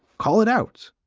call it out.